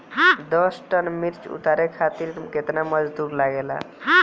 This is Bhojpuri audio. दस टन मिर्च उतारे खातीर केतना मजदुर लागेला?